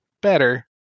better